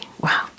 Wow